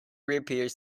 reappears